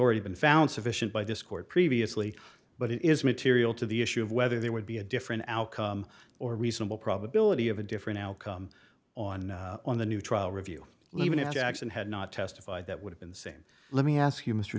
already been found sufficient by this court previously but it is material to the issue of whether there would be a different outcome or reasonable probability of a different outcome on on the new trial review leavin in jackson had not testified that would have been the same let me ask you mr